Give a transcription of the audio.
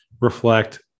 reflect